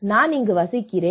நான் இங்கு வசிக்கிறேன்